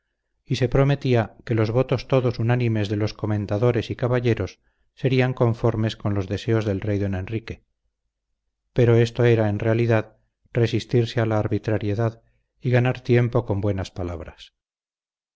y se prometía que los votos todos unánimes de los comendadores y caballeros serían conformes con los deseos del rey don enrique pero esto era en realidad resistirse a la arbitrariedad y ganar tiempo con buenas palabras